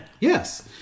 Yes